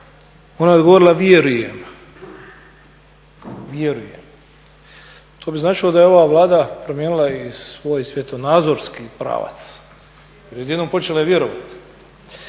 ona je odgovorila vjerujem. To bi značilo da je ova Vlada promijenila i svoj svjetonazorski pravac. Jer je odjednom počela i vjerovati.